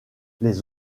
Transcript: les